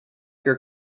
your